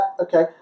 okay